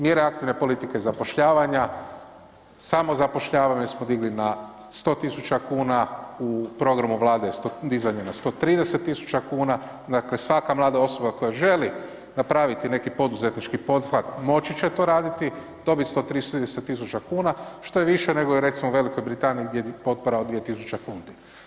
Mjere aktivne politike zapošljavanja, samozapošljavanja mi smo digli na 100 tisuća kuna, u programu Vlade je dizanje na 130 tisuća kuna, dakle svaka mlada osoba koja želi napraviti neki poduzetnički pothvat, moći će to raditi, dobije 130 tisuća kuna, što je više nego recimo, u Velikoj Britaniji gdje je potpora od 2 tisuće funti.